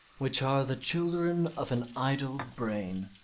which are the children of an idle brain,